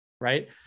right